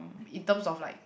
in terms of like